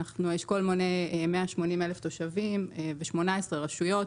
האשכול מונה 180,000 תושבים ב-18 רשויות.